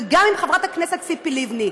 וגם עם חברת הכנסת ציפי לבני,